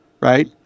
right